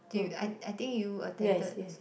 do I I think you attended also